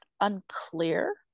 unclear